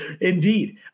indeed